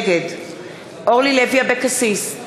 נגד אורלי לוי אבקסיס,